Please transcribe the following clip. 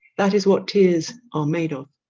that is what tears are made of.